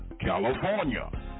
California